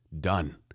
done